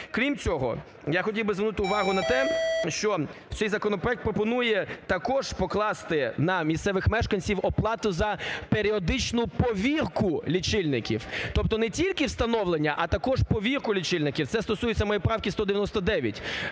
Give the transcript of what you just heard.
Крім цього, я хотів би звернути увагу на те, що цей законопроект пропонує також покласти на місцевих мешканців оплату за періодичну повірку лічильників! Тобто не тільки встановлення, а також повірку лічильників. Це стосується моєї правки 199,